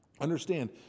Understand